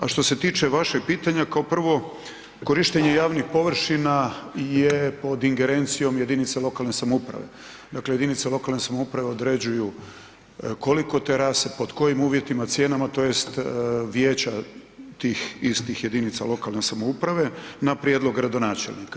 A što se tiče vašeg pitanje, kao prvo korištenje javnih površina je pod ingerencijom jedinice lokalne samouprave, dakle jedinice lokalne samouprave određuju koliko terasa, pod kojim uvjetima, cijenama tj. vijeća tih istih jedinica lokalne samouprave na prijedlog gradonačelnika.